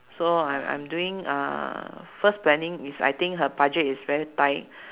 so I I'm doing uh first planning is I think her budget is very tight